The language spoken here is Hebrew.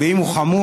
אם הוא חמור,